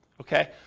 okay